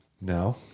No